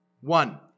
One